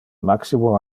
maximo